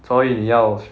所以你要